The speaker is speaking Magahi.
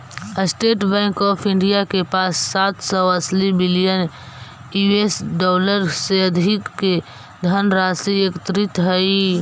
स्टेट बैंक ऑफ इंडिया के पास सात सौ अस्सी बिलियन यूएस डॉलर से अधिक के धनराशि एकत्रित हइ